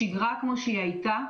השגרה, כמו שהיא הייתה,